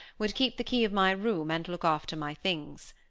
would keep the key of my room and look after my things.